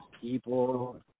people